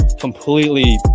completely